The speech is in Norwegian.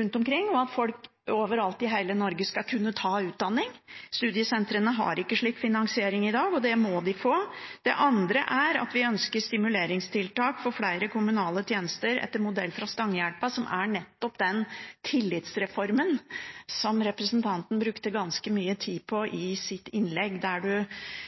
rundt omkring, og at folk overalt i hele Norge skal kunne ta utdanning. Studiesentrene har ikke slik finansiering i dag, og det må de få. Det andre er at vi ønsker stimuleringstiltak for flere kommunale tjenester etter modell fra Stangehjelpa, som er nettopp den tillitsreformen som representanten brukte ganske mye tid på i sitt innlegg, der